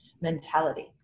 mentality